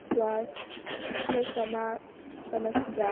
स्वास्थ्यं व्यसमा समस्या